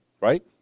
Right